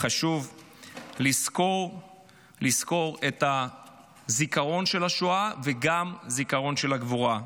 חשוב לזכור את הזיכרון של השואה וגם את הזיכרון של הגבורה.